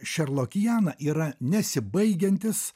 sherlock jana yra nesibaigiantis